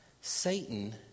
Satan